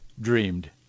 dreamed